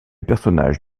personnage